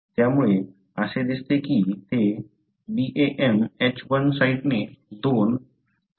त्यामुळे असे दिसते की ते BamHI साइटने दोन 3